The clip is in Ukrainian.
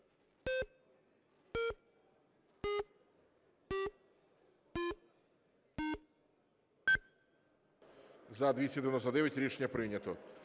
За-298 Рішення прийнято.